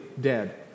dead